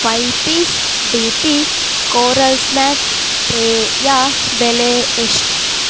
five piece D P coral snack ಟ್ರೇಯ ಬೆಲೆ ಎಷ್ಟು